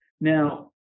Now